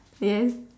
yes